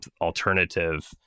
alternative